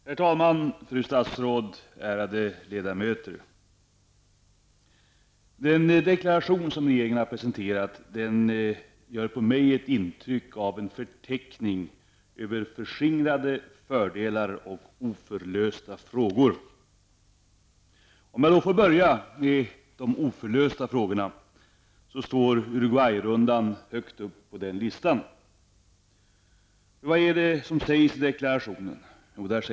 Herr talman, fru statsråd, ärade ledamöter! Den deklaration som regeringen har presenterat ger ett intryck av en förteckning över förskingrade fördelar och oförlösta frågor. Om jag får börja med de oförlösta frågorna står Uruguay-rundan högt upp på den listan. Vad sägs i deklarationen?